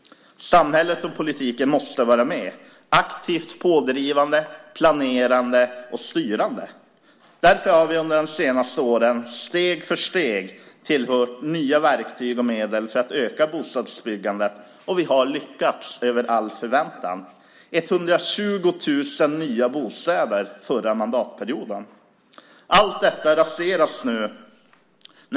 Samhället och politiken måste vara med, aktivt pådrivande, planerande och styrande. Därför har vi under de senaste åren steg för steg tillfört nya verktyg och medel för att öka bostadsbyggandet, och vi har lyckats över all förväntan - 120 000 nya bostäder förra mandatperioden. Allt detta raseras nu.